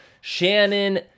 Shannon